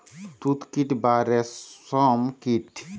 তুত কীট বা রেশ্ম কীট